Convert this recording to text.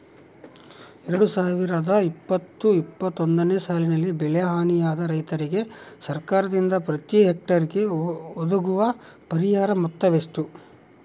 ಎರಡು ಸಾವಿರದ ಇಪ್ಪತ್ತು ಇಪ್ಪತ್ತೊಂದನೆ ಸಾಲಿನಲ್ಲಿ ಬೆಳೆ ಹಾನಿಯಾದ ರೈತರಿಗೆ ಸರ್ಕಾರದಿಂದ ಪ್ರತಿ ಹೆಕ್ಟರ್ ಗೆ ಒದಗುವ ಪರಿಹಾರ ಮೊತ್ತ ಎಷ್ಟು?